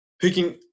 picking